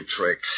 trick